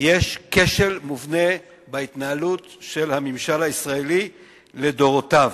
יש כשל מובנה בהתנהלות של הממשל הישראלי לדורותיו,